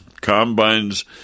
Combines